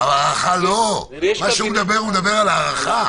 מה שהוא מדבר, הוא מדבר על הארכה.